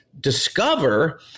discover